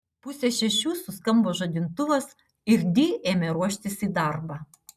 pusę šešių suskambo žadintuvas ir di ėmė ruoštis į darbą